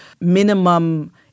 minimum